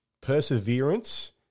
perseverance